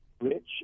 Rich